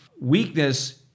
weakness